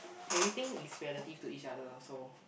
everything is relative to each other so